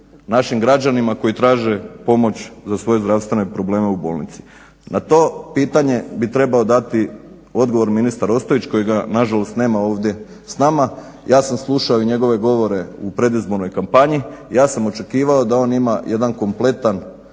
našim građanima koji traže pomoć za svoje zdravstvene probleme u bolnici? Na to pitanje bi trebao dati odgovor ministar Ostojić kojega nažalost nema ovdje s nama. Ja sam slušao i njegove govore u predizbornoj kampanji, ja sam očekivao da on ima jedan kompletan